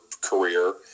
career